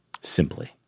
Simply